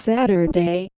Saturday